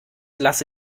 lasse